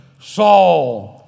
Saul